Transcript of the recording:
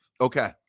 Okay